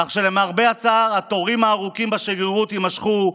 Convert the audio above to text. כך שלמרבה הצער התורים הארוכים בשגרירות יימשכו,